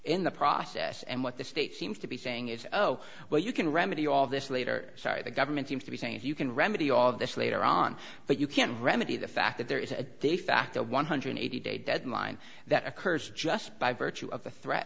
in the process and what the state seems to be saying is oh well you can remedy all this later sorry the government seems to be saying if you can remedy all of this later on but you can remedy the fact that there is a de facto one hundred eighty day deadline that occurs just by virtue of the threat